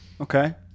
Okay